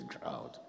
crowd